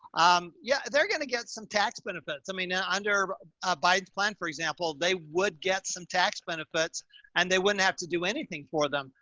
um, yeah, they're going to get some tax benefits. i mean, yeah under a by plan, for example, they would get some tax benefits and they wouldn't have to do anything for them,